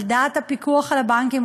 על דעת הפיקוח על הבנקים,